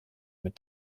mit